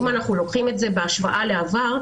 אם אנחנו לוקחים את זה בהשוואה לעבר,